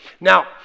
now